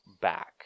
back